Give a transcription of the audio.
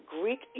Greek